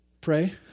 Pray